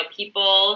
people